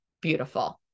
Beautiful